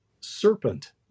serpent